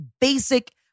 basic